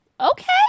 Okay